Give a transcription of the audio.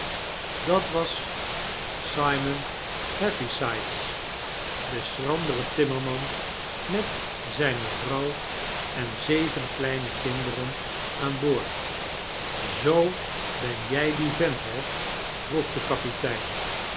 dat was mopes de kluizenaar simon heavysides de schrandere timmerman met zijne vrouw en zeven kleine kinderen aan boord zoo ben jij die vent he vroeg de kapitein